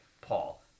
Paul